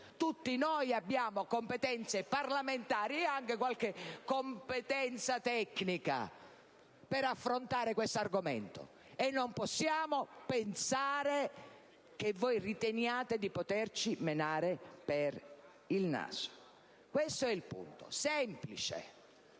tutti noi abbiamo competenze parlamentari e anche qualche competenza tecnica per affrontare questo argomento, e non possiamo pensare che voi riteniate di poterci menare per il naso. Questo è il punto, semplice.